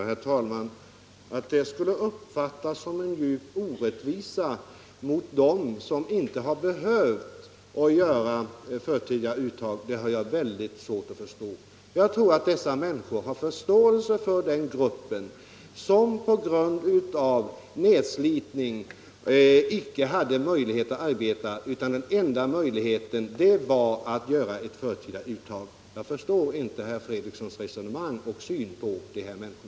Herr talman! Jag har svårt att förstå att det skulle kunna uppfattas som en djup orättvisa mot dem som inte har behövt att göra förtida uttag. De människorna har säkert full förståelse för den grupp som på grund av nedslitning inte kunnat fortsätta att arbeta för fullt och vilkas enda möjlighet varit att begära förtida uttag. Jag förstår inte herr Fredrikssons resonemang om och syn på dessa människor.